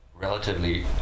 relatively